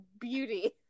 beauty